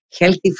healthy